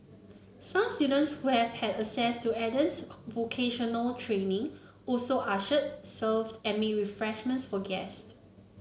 some students who have had access to Eden's vocational training also ushered served and made refreshment for guest